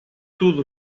tudo